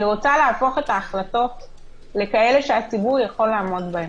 אני רוצה להפוך את החלטות לכאלה שהציבור יכול לעמוד בהן.